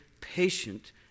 patient